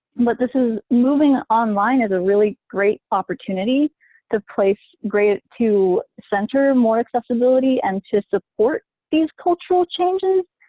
but this is moving online is a really great opportunity to place great to center more accessibility and to support these cultural changes,